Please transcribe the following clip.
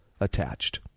attached